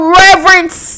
reverence